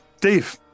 Dave